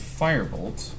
firebolt